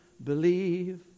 Believe